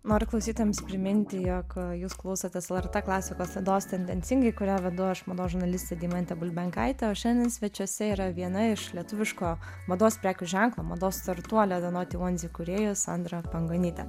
noriu klausytojams priminti jog jūs klausotės lrt klasikos laidos tendencingai kurią vedu aš mados žurnalistė deimantė bulbenkaitė o šiandien svečiuose yra viena iš lietuviško mados prekių ženklo mados startuolio de noti uans įkūrėja sandra pangonytė